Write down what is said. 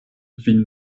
vin